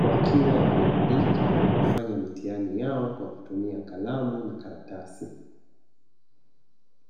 wakiwa wanaandika na kufanya mitihani yao kwa kutumia kalamu na makaratasi.